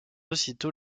aussitôt